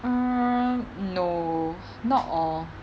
err no not all